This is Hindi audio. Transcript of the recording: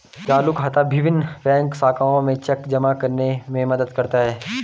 चालू खाता विभिन्न बैंक शाखाओं में चेक जमा करने में मदद करता है